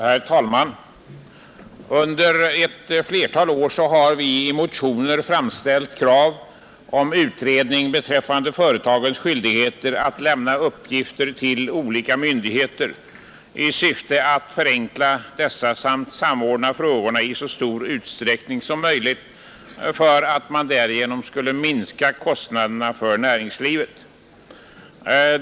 Herr talman! Under ett flertal år har vi i motioner framställt krav om en utredning beträffande företagens skyldigheter att lämna uppgifter till olika myndigheter i syfte att förenkla uppgifterna och samordna frågorna i så stor utsträckning som möjligt för att därigenom minska kostnaderna för näringslivet.